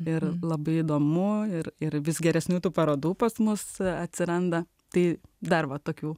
ir labai įdomu ir ir vis geresnių tų parodų pas mus atsiranda tai dar va tokių